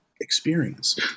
experience